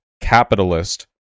capitalist